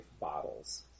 bottles